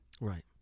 right